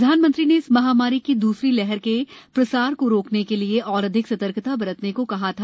प्रधानमंत्री ने इस महामारी की दूसरी लहर के प्रसार को रोकने के लिए और अधिक सतर्कता बरतने को कहा था